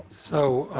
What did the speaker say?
so